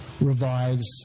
revives